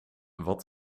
wat